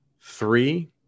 three